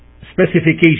specification